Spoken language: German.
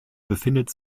befindet